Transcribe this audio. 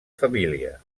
família